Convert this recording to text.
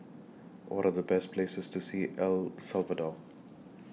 What Are The Best Places to See El Salvador